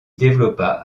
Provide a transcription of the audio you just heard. développa